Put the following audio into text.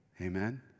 Amen